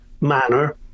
manner